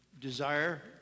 desire